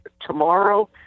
tomorrow